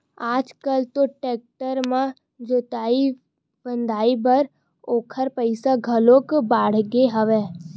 आज कल तो टेक्टर म जोतई फंदई बर ओखर पइसा घलो बाड़गे हवय